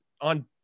on